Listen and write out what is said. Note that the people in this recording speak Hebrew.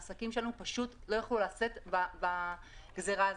העסקים שלנו פשוט לא יכלו לשאת בגזרה הזאת.